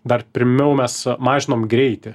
dar pirmiau mes mažinom greitį